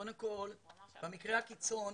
קודם כל, במקרה הקיצון,